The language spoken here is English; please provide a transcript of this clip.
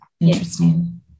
Interesting